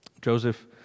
Joseph